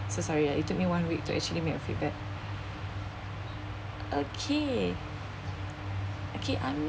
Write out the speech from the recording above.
so sorry ah it took me one week to actually make a feedback okay okay I'm not